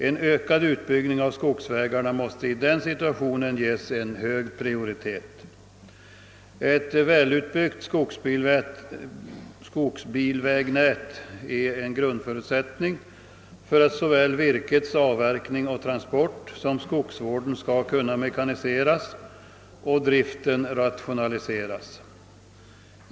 En ökad utbyggnad av skogsvägarna måste i denna situation ges hög prioritet. Ett välutbyggt skogsbilvägnät är en grundförutsättning för att såväl virkets avverkning och transport som skogsvården skall kunna mekaniseras och driften rationaliseras.